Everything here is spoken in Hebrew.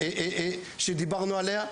שדיברנו עליה,